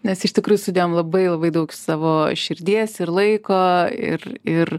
nes iš tikrųjų sudėjom labai labai daug savo širdies ir laiko ir ir